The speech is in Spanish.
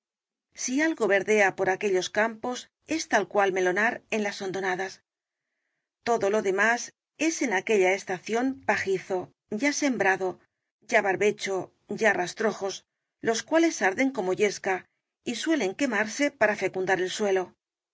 si algo verdea por aquellos campos es tal cual melonar en las hondonadas todo lo demás es en aquella estación pajizo ya sembrado ya barbecho ya rastrojos los cuales arden como yesca y suelen quemarse para fecundar el suelo